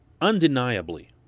undeniably